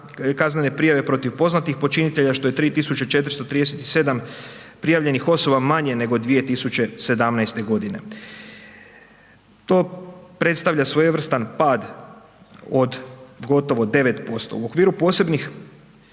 prijave protiv poznatih počinitelja što je 3.437 prijavljenih osoba manje nego 2017. godine. To predstavlja svojevrstan pad od gotovo 9%. U okviru posebnih